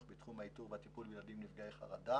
בתחום האיתור והטיפול בילדים נפגעי חרדה